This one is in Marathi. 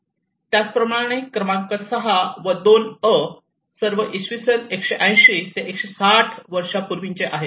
त्याचप्रमाणे क्रमांक 6 व 2 अ सर्व इसवी सन 180 ते 160 वर्षांपूर्वीचे आहे